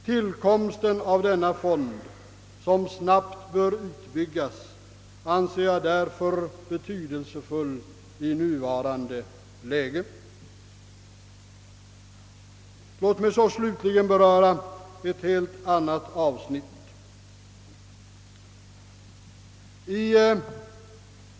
Tillkomsten av denna fond, som snabbt bör utbyggas, anser jag därför betydelsefull i nuvarande läge. Låt mig slutligen beröra ett helt annat avsnitt.